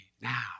now